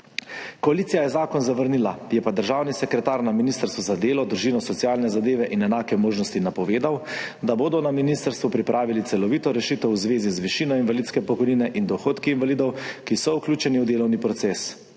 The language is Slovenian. Koalicija je zakon zavrnila, je pa državni sekretar na Ministrstvu za delo, družino, socialne zadeve in enake možnosti napovedal, da bodo na ministrstvu pripravili celovito rešitev v zvezi z višino invalidske pokojnine in dohodki invalidov, ki so vključeni v delovni proces.